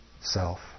self